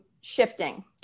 shifting